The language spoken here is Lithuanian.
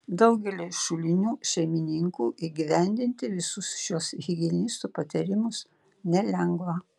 daugeliui šulinių šeimininkų įgyvendinti visus šiuos higienistų patarimus nelengva